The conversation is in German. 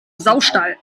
saustall